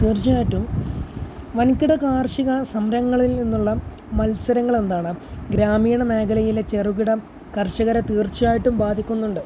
തീർച്ചയായിട്ടും വൻകിട കാർഷിക സംരംഭങ്ങളിൽ നിന്നുള്ള മത്സരങ്ങൾ എന്താണ് ഗ്രാമീണ മേഖലയിലെ ചെറുകിട കർഷകരെ തീർച്ചയായിട്ടും ബാധിക്കുന്നുണ്ട്